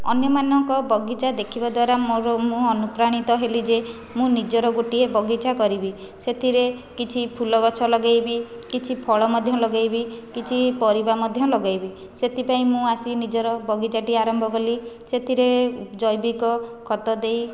ଅନ୍ୟମାନଙ୍କ ବଗିଚା ଦେଖିବା ଦ୍ଵାରା ମୋର ମୁଁ ଅନୁପ୍ରାଣିତ ହେଲି ଯେ ମୁଁ ନିଜର ଗୋଟିଏ ବଗିଚା କରିବି ସେଥିରେ କିଛି ଫୁଲ ଗଛ ଲଗାଇବି କିଛି ଫଳ ମଧ୍ୟ ଲଗାଇବି କିଛି ପରିବା ମଧ୍ୟ ଲଗାଇବି ସେଥିପାଇଁ ମୁଁ ଆସି ନିଜର ବଗିଚାଟି ଆରମ୍ଭ କଲି ସେଥିରେ ଜୈବିକ ଖତ ଦେଇ